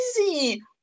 easy